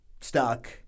stuck